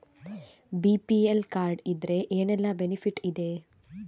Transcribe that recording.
BPL card ಇದ್ರೆ ಏನೆಲ್ಲ benefit ಇದೆ?